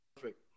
Perfect